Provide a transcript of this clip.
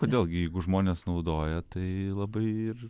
kodėl gi jeigu žmonės naudoja tai labai ir